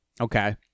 Okay